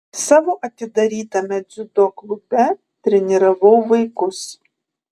savo atidarytame dziudo klube treniravau vaikus